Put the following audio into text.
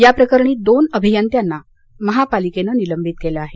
याप्रकरणी अभियंत्यांना दोन महापालिकेनं निलंबित केलं आहे